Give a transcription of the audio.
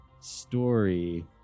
story